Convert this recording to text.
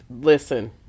listen